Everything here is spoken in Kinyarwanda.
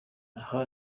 aha